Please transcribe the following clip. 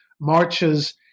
marches